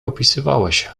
opisywałeś